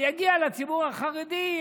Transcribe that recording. זה יגיע לציבור החרדי,